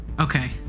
Okay